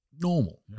normal